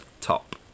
top